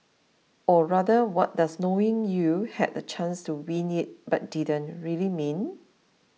or rather what does knowing you had the chance to win it but didn't really mean